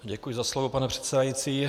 Děkuji za slovo, pane předsedající.